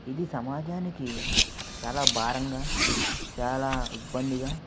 ఇది సమాజానికి చాలా భారంగా చాలా ఇబ్బందిగా